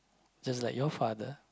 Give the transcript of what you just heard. just like your father